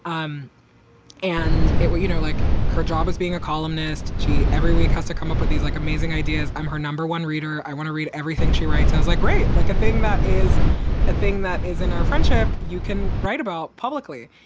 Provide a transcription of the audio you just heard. and it will, you know, like her job as being a columnist, she every week has to come up with these, like, amazing ideas. i'm her number one reader. i want to read everything she writes. sounds like great like a thing that is a thing that is in our friendship. you can write about publicly,